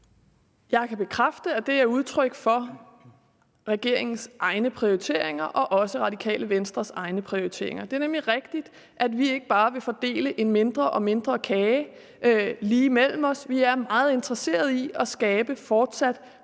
Jeg kan bekræfte, at det er udtryk for regeringens egne prioriteringer og også Radikale Venstres egne prioriteringer. Det er nemlig rigtigt, at vi ikke bare vil fordele en mindre og mindre kage lige mellem os. Vi er meget interesseret i at skabe fortsat fremgang